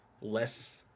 less